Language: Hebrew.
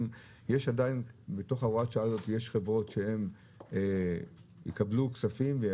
בתוך הוראת השעה הזאת יש חברות שיקבלו כספים והכספים